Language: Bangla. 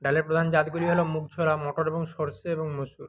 ডালের প্রধান জাতগুলি হলো মুগ ছাড়া মটর এবং সরষে এবং মুসুর